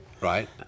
Right